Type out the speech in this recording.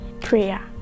prayer